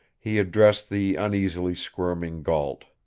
he addressed the uneasily squirming gault.